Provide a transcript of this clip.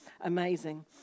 amazing